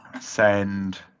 send